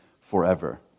forever